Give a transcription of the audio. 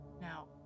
Now